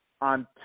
On